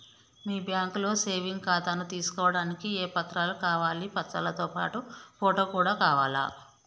మీ బ్యాంకులో సేవింగ్ ఖాతాను తీసుకోవడానికి ఏ ఏ పత్రాలు కావాలి పత్రాలతో పాటు ఫోటో కూడా కావాలా?